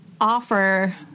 offer